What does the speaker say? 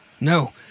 No